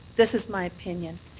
this is my opinion.